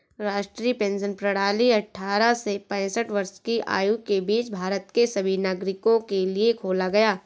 राष्ट्रीय पेंशन प्रणाली अट्ठारह से पेंसठ वर्ष की आयु के बीच भारत के सभी नागरिकों के लिए खोला गया